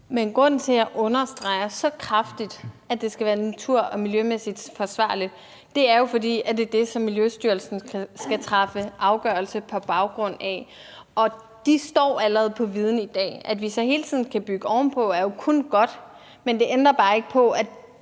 Grunden til, at jeg understreger så kraftigt, at det skal være natur- og miljømæssigt forsvarligt, er jo, at det er det, som Miljøstyrelsen skal træffe afgørelse på baggrund af, og de står allerede på en viden i dag. At vi så hele tiden skal bygge oven på, er jo kun godt, men det ændrer bare ikke ved,